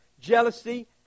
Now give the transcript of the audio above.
jealousy